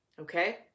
Okay